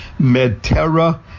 Medterra